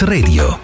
Radio